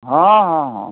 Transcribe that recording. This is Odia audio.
ହଁ ହଁ ହଁ